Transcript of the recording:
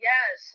Yes